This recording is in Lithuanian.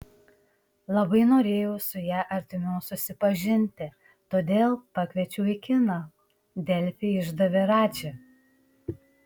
labai norėjau su ja artimiau susipažinti todėl pakviečiau į kiną delfi išdavė radži